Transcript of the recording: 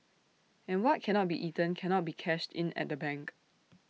and what cannot be eaten cannot be cashed in at the bank